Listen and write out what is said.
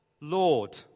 Lord